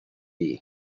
hiv